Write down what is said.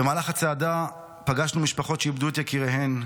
במהלך הצעדה פגשנו משפחות שאיבדו את יקיריהן,